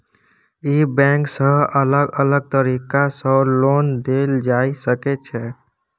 ई bank सँ अलग अलग तरीका सँ लोन देल जाए सकै छै